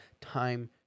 time